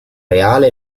reale